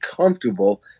comfortable